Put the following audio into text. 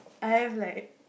I have like